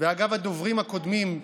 ואגב הדוברים הקודמים,